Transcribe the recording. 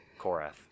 Korath